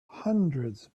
hundreds